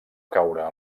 caure